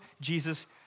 Jesus